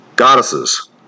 goddesses